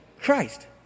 Christ